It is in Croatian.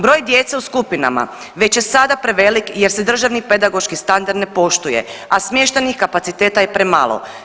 Broj djece u skupinama već je sada prevelik jer se državni pedagoški standard ne poštuje, a smještajnih kapaciteta je premalo.